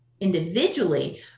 individually